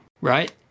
right